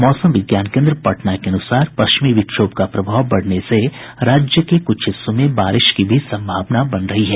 मौसम विज्ञान केन्द्र पटना के अनुसार पश्चिमी विक्षोभ का प्रभाव बढ़ने से राज्य के कुछ हिस्सों में बारिश की भी सम्भावना बन रही है